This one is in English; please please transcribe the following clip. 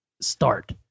start